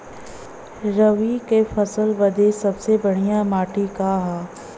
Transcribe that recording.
रबी क फसल बदे सबसे बढ़िया माटी का ह?